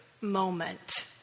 moment